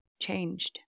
changed